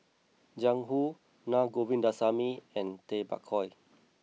Jiang Hu Na Govindasamy and Tay Bak Koi